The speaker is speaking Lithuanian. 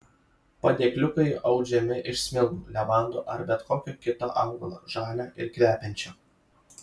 padėkliukai audžiami iš smilgų levandų ar bet kokio kito augalo žalio ir kvepiančio